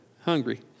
Hungry